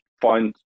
find